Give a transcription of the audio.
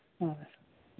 ꯑ